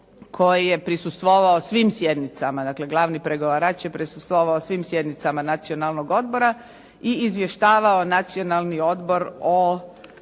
koji je prisustvovao svim sjednicama. Dakle, glavni pregovarač je prisustvovao svim sjednicama Nacionalnog odbora i izvještavao Nacionalni odbor o